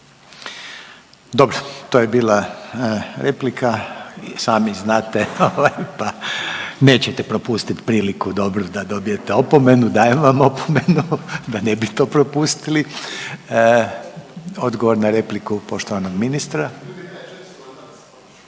Dobro, to je bila replika. I sami znate pa nećete propustiti priliku dobru da dobijete opomenu, dajem vam opomenu da ne bi to propustili. Odgovor na repliku poštovanog ministra.